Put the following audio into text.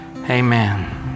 Amen